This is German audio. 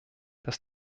dass